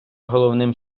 головним